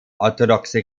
orthodoxe